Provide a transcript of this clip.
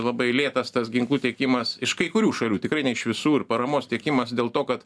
labai lėtas tas ginklų tiekimas iš kai kurių šalių tikrai ne iš visų ir paramos tiekimas dėl to kad